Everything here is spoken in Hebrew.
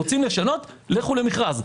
רוצים לשנות לכו למכרז.